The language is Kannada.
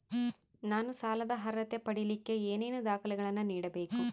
ನಾನು ಸಾಲದ ಅರ್ಹತೆ ಪಡಿಲಿಕ್ಕೆ ಏನೇನು ದಾಖಲೆಗಳನ್ನ ನೇಡಬೇಕು?